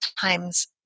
times